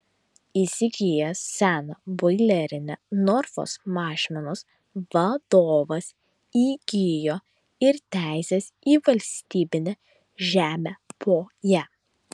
įsigijęs seną boilerinę norfos mažmenos vadovas įgijo ir teises į valstybinę žemę po ja